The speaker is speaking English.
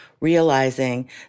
realizing